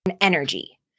energy